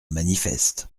manifeste